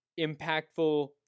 impactful